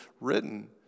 written